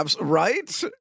Right